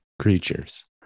creatures